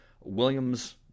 William's